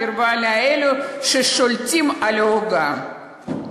קרבה לאלו ששולטים על העוגה.